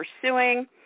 pursuing